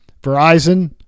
Verizon